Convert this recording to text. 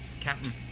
Captain